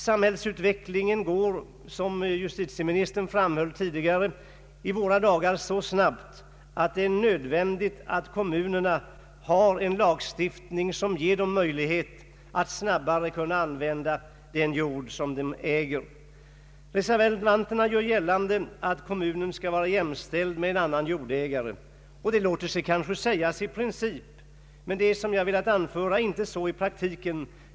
Samhällsutvecklingen går — som justitieministern tidigare framhöll — i våra dagar så snabbt att det är nödvändigt att det finns en lagstiftning, som ger kommunerna möjlighet att snabbare använda den jord som de äger. Reservanterna gör gällande att kommunen skall vara jämställd med annan jordägare. Det låter sig kanske sägas i princip, men det är — som jag har velat anföra — inte så i praktiken.